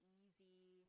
easy